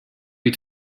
you